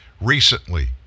recently